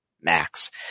Max